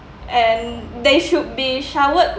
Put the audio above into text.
and they should be showered